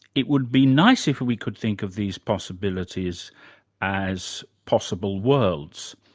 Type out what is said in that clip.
it would be nice if we could think of these possibilities as possible worlds.